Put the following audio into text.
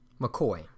McCoy